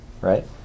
right